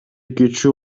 кичүү